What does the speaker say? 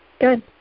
Good